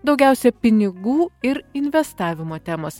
daugiausia pinigų ir investavimo temos